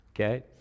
okay